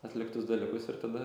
atliktus dalykus ir tada